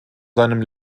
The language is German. seinem